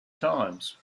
times